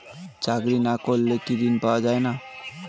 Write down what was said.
চাকরি না করলে কি ঋণ পাওয়া যায় না?